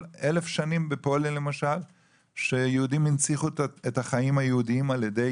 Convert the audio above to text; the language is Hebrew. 1,000 שנים בפולין למשל שיהודים הנציחו את החיים היהודיים על ידי